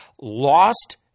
lost